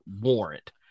warrant